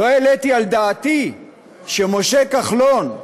לא העליתי על דעתי שמשה כחלון,